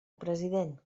president